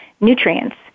nutrients